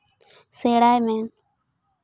ᱥᱮᱬᱟᱭ ᱢᱮ